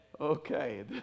okay